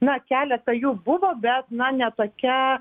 na keleta jų buvo bet na ne tokia